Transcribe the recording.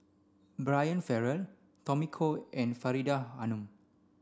Brian Farrell Tommy Koh and Faridah Hanum